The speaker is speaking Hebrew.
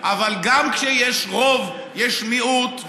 אבל גם כשיש רוב יש מיעוט,